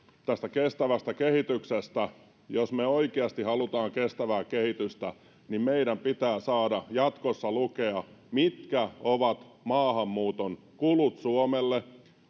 tästä kestävästä kehityksestä jos me oikeasti haluamme kestävää kehitystä niin meidän pitää saada jatkossa lukea mitkä ovat maahanmuuton kulut suomelle